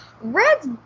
Red's